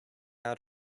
out